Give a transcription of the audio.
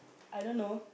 I don't know